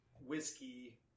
whiskey